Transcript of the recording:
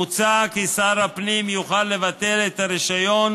מוצע כי שר הפנים יוכל לבטל את הרישיון